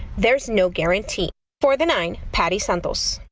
there's no guarantee for the nine patty santos.